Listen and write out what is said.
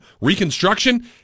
reconstruction